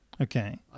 Okay